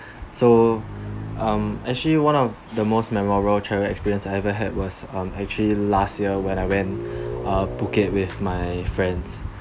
so um actually one of the most memorable travel experience I ever had was actually last year when I went uh phuket with my friends